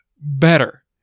better